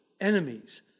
enemies